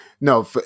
No